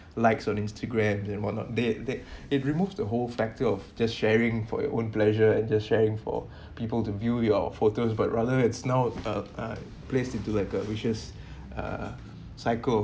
likes on instagram the what not they they it removed the whole factor of just sharing for your own pleasure and just sharing for people to view your photos but rather it's now uh uh placed into like a vicious uh cycle